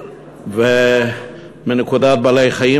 מנקודת בעלי-החיים,